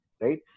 right